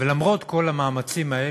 ולמרות כל המאמצים האלה,